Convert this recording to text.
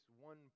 one